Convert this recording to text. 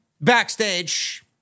backstage